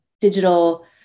digital